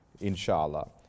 inshallah